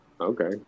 Okay